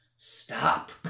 stop